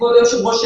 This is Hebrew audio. כבוד היושב ראש,